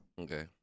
Okay